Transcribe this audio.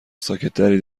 ساکتتری